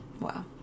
Wow